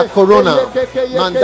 Corona